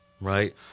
right